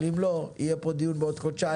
אבל אם לא, יהיה פה דיון מעקב בעוד חודשיים.